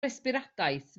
resbiradaeth